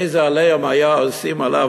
איזה "עליהום" היו עושים עליו,